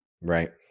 Right